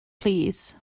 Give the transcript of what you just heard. plîs